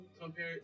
compare